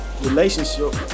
relationship